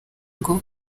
ngo